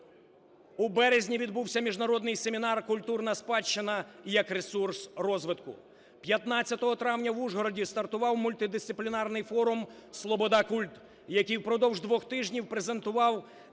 У березні відбувся міжнародний семінар "Культурна спадщина як ресурс розвитку". 15 травня в Ужгороді стартував мультидисциплінарний форум "СлободаКульт", який впродовж двох тижнів презентував